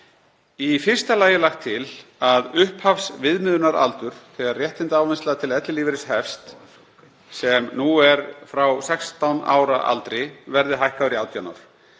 Í fyrsta lagi er lagt til að upphafsviðmiðunaraldur þegar réttindaávinnsla til ellilífeyris hefst, sem nú er frá 16 ára aldri, verði hækkaður í 18 ár.